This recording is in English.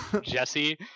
Jesse